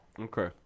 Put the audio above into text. Okay